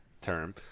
term